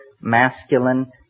masculine